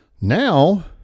Now